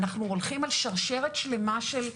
אנחנו הולכים על שרשרת שלמה של פעולות,